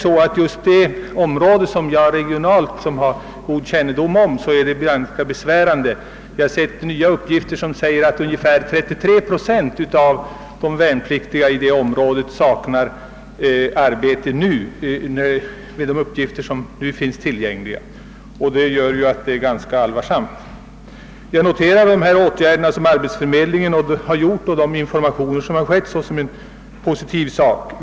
I den region som jag personligen har god kännedom om är läget besvärligt. Jag har sett uppgifter om att ungefär 33 procent av de värnpliktiga i området nu saknar arbete. Situationen är alltså allvarlig. Jag noterar såsom positivt de åtgärder som arbetsmarknadsverket vidtagit och de informationer som lämnats.